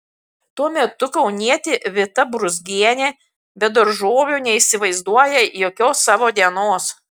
tuo metu kaunietė vita brūzgienė be daržovių neįsivaizduoja jokios savo dienos